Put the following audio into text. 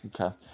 okay